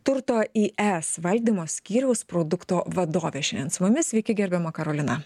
turto is valdymo skyriaus produkto vadovė šiandien su mumis sveiki gerbiama karolina